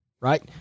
Right